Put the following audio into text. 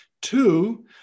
Two